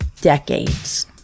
decades